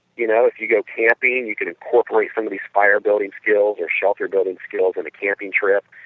you know, if you go camping and you can incorporate some of these fire building skills or shelter building skills in the camping trip.